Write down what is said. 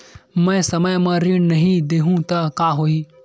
मैं समय म ऋण नहीं देहु त का होही